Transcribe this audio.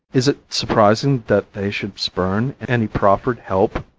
is it surprising that they should spurn any proffered help?